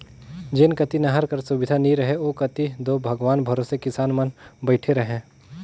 जेन कती नहर कर सुबिधा नी रहें ओ कती दो भगवान भरोसे किसान मन बइठे रहे